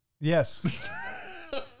Yes